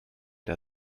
der